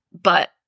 But-